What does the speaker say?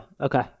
okay